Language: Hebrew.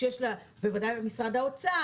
בוודאי למשרד האוצר,